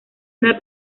una